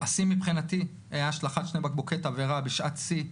"השיא מבחינתי היה השלכת שני בקבוקי תבערה בשעת שיא,